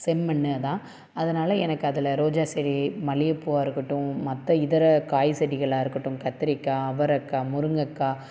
செம்மண்தான் அதனால் எனக்கு அதில் ரோஜா செடி மல்லிகை பூவாயிருக்கட்டும் மற்ற இதர காய் செடிகளாக இருக்கட்டும் கத்தரிக்கா அவரைக்காய் முருங்கக்காய்